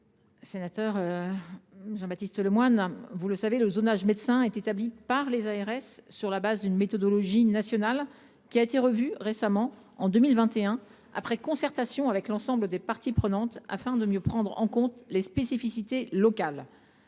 sénateur Jean Baptiste Lemoyne, vous le savez, le zonage médecins est établi par les ARS sur la base d’une méthodologie nationale revue récemment – en 2021 –, après concertation avec l’ensemble des parties prenantes, afin de mieux prendre en compte les spécificités locales.